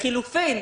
לחילופין,